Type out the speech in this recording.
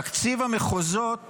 תקציב המחוזות